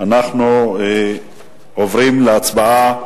אנחנו עוברים להצבעה.